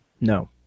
No